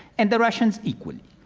and the russians, equally.